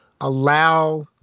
allow